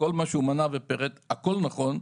וכל מה שהוא מנה ופירט - הכל נכון.